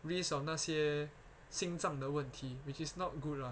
risk of 那些心脏的问题 which is not good lah